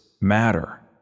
matter